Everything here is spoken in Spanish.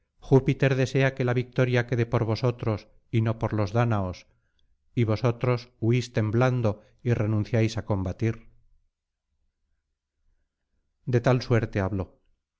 júpiter desea que la victoria quede por vosotros y no por los dáñaos y vosotros huís temblando y renunciáis á combatir de tal suerte habló